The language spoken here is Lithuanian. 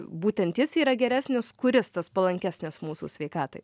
būtent jis yra geresnis kuris tas palankesnis mūsų sveikatai